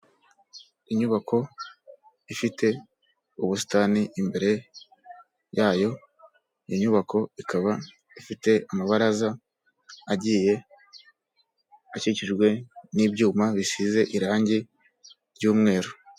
Inyubako ifite ubusitani imbere yayo inyubako ikaba ifite amabaraza agiye akikijwe n'ibyuma bisize irangi ryumweru.